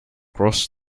cross